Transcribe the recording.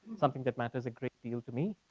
something that matters a great deal to me,